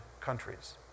countries